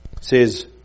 says